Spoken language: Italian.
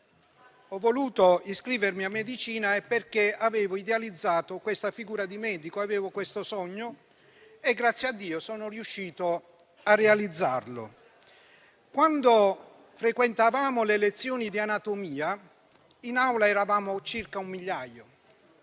ho voluto iscrivermi a medicina, è perché avevo idealizzato la figura del medico: avevo questo sogno e sono riuscito a realizzarlo. Quando frequentavamo le lezioni di anatomia, in aula eravamo circa un migliaio;